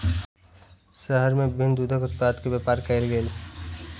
शहर में विभिन्न दूधक उत्पाद के व्यापार कयल गेल